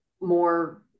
more